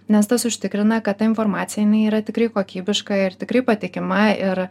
nes tas užtikrina kad ta informacija jinai yra tikrai kokybiška ir tikrai patikima ir